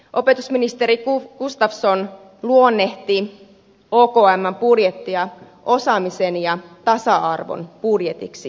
opetusministeri gustafsson luonnehti okmn budjettia osaamisen ja tasa arvon budjetiksi